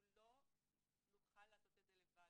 אנחנו לא נוכל לעשות את זה לבד.